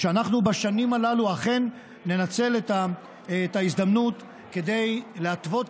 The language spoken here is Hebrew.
שאנחנו בשנים הללו אכן ננצל את ההזדמנות כדי להתוות